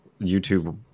youtube